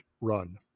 run